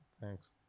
Thanks